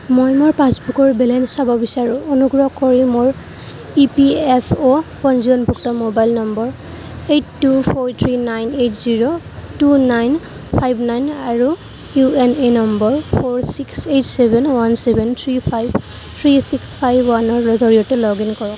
মই মোৰ পাছবুকৰ বেলেঞ্চ চাব বিচাৰোঁ অনুগ্ৰহ কৰি মোৰ ই পি এফ অ' পঞ্জীয়নভুক্ত mobile number eight two four three nine eight zero two nine five nine আৰু U A N number four six eight seven one seven three five three six five ৱানৰ জৰিয়তে log in কৰক